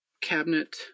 cabinet